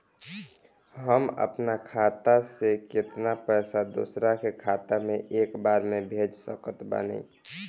हम अपना खाता से केतना पैसा दोसरा के खाता मे एक बार मे भेज सकत बानी?